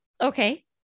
Okay